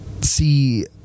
see